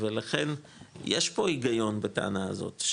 ולכן יש פה היגיון בטענה הזאת,